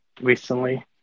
recently